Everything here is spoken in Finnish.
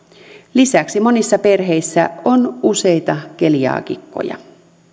lisäksi monissa perheissä on useita keliaakikkoja